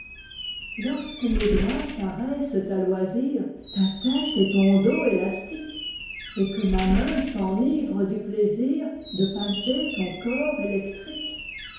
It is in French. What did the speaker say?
lorsque mes doigts caressent à loisir ta tête et ton dos élastique et que ma main s'enivre du plaisir de palper ton corps électrique